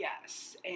yes